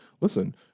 listen